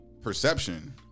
perception